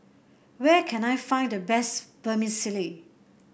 where can I find the best Vermicelli